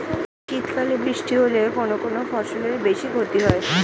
শীত কালে বৃষ্টি হলে কোন কোন ফসলের বেশি ক্ষতি হয়?